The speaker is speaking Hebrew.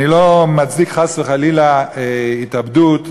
אני לא מצדיק חס וחלילה התאבדות.